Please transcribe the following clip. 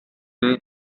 day